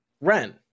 Ren